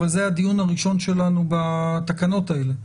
אבל זה הדיון הראשון שלנו בתקנות האלה.